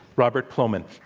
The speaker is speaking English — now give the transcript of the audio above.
robert plomin.